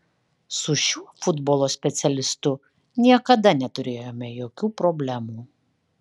su šiuo futbolo specialistu niekada neturėjome jokių problemų